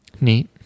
neat